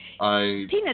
Peanut's